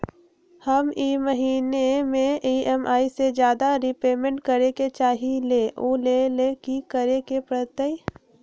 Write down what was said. हम ई महिना में ई.एम.आई से ज्यादा रीपेमेंट करे के चाहईले ओ लेल की करे के परतई?